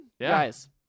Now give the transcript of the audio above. Guys